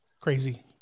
crazy